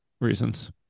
reasons